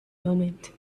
moment